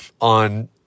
on